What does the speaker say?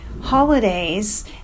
holidays